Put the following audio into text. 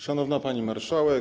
Szanowna Pani Marszałek!